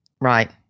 Right